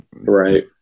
right